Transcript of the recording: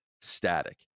static